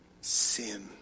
Sin